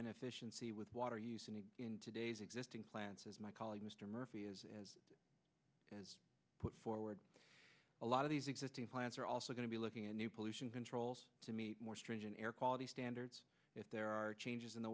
inefficiency with water use in today's existing plants as my colleague mr murphy is has put forward a lot of these existing plants are also going to be looking at new pollution controls to meet more stringent air quality standards if there are changes in the